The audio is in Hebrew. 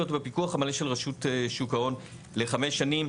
בפיקוח המלא של רשות שוק ההון לחמש שנים,